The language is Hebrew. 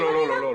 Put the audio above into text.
לא.